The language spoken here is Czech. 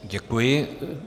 Děkuji.